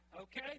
okay